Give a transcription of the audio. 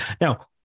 now